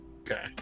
Okay